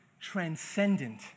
transcendent